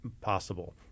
possible